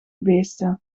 beesten